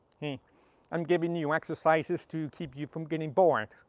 i'm giving you you exercises to keep you from getting bored.